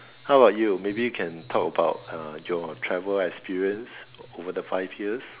how about you maybe can talk about uh your travel experience over the five years